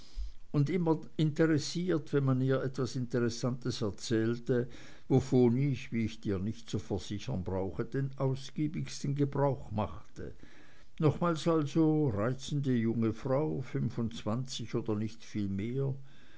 und immer interessiert wenn man ihr etwas interessantes erzählte wovon ich wie ich dir nicht zu versichern brauche den ausgiebigsten gebrauch machte nochmals also reizende junge frau fünfundzwanzig oder nicht viel mehr